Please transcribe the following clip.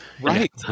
Right